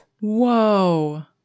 Whoa